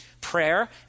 prayer